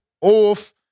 off